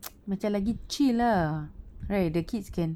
macam lagi chill lah right the kids can